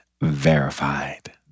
Verified